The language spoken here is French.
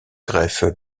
greffe